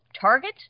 target